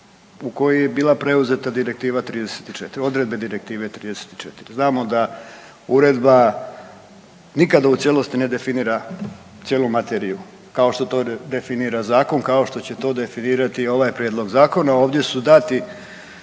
u kojoj je bila preuzeta Direktiva 34, odredbe Direktive 34. Znamo da uredba nikada u cijelosti ne definira cijelu materiju kao što to definira zakon, kao što će to definirati i ovaj prijedlog zakona. Ovdje su dati